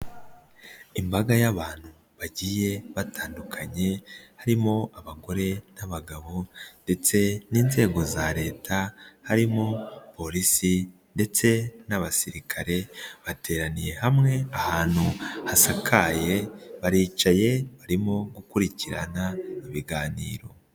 Imbaga y'abantu bagiye batandukanye, harimo abagore n'abagabo ndetse n'inzego za leta, harimo polisi ndetse n'abasirikare, bateraniye hamwe, ahantu hasakaye, baricaye barimo gukurikirana ibiganiro.